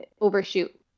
overshoot